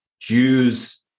Jews